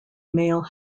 male